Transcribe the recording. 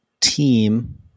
team